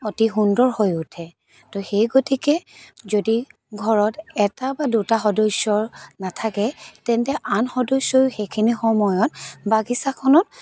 অতি সুন্দৰ হৈ উঠে তো সেই গতিকে যদি ঘৰত এটা বা দুটা সদস্য নাথাকে তেন্তে আন সদস্যয়ো সেইখিনি সময়ত বাগিচাখনত